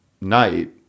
night